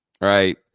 Right